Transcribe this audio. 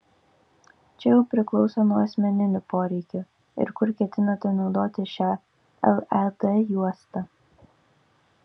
čia jau priklauso nuo asmeninių poreikių ir kur ketinate naudoti šią led juostą